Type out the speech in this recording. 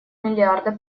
миллиарда